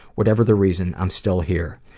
whatever the reason, i'm still here.